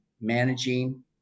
managing